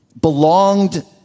belonged